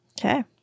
Okay